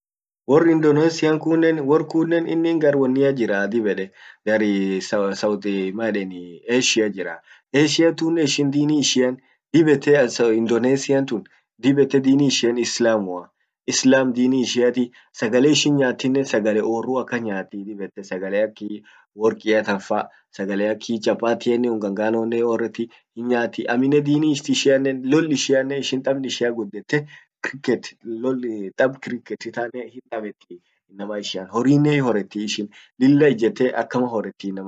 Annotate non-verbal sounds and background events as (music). Wor Indonesia kunnen innin gar wonia jir gar (hesitation) (unintelligible) maeden South Asia jiraa .Asian tunnen ishin dini ishian dib ete Indonesian tun dib ete dini ishian tun Islamua, Islam dini ishiati sagale ishin nyaatinen sagale orrua akan nyaati dib ette sagale ak workia tanfa, sagale ak (hesitation) chapati, unga nganonen hioretti, hinyaati. amminen dini ishiannen, loll ishiannen tabn ishian gudette, Cricket, tab cricketi tannen hin tabeti inama ishian, horrinen hioretti, lilla ijette akama horetti inaman kun.